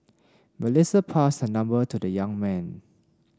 Melissa passed her number to the young man